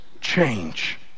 change